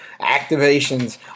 activations